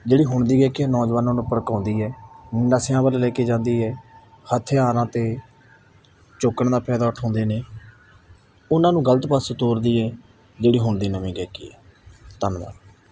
ਜਿਹੜੀ ਹੁਣ ਦੀ ਗਾਇਕੀ ਹੈ ਨੌਜਵਾਨਾਂ ਨੂੰ ਭੜਕਾਉਂਦੀ ਹੈ ਨਸ਼ਿਆਂ ਵੱਲ ਲੈ ਕੇ ਜਾਂਦੀ ਹੈ ਹਥਿਆਰਾਂ ਅਤੇ ਚੁੱਕਣ ਦਾ ਫਾਇਦਾ ਉਠਾਉਂਦੇ ਨੇ ਉਹਨਾਂ ਨੂੰ ਗਲਤ ਪਾਸੇ ਤੋਰਦੀ ਹੈ ਜਿਹੜੀ ਹੁਣ ਦੀ ਨਵੀਂ ਗਾਇਕੀ ਹੈ ਧੰਨਵਾਦ